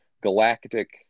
galactic